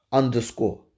underscore